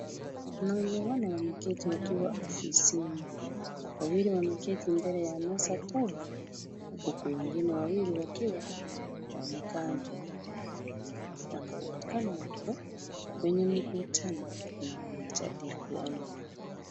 Wanaume wanne wameketi wakiwa hofisini, wawili wameketi mbele ya meza kubwa uku wengine wawili wakiwa wamekaa mbele yao wanaonekana wako kwenye mkutano na wanajadiliana.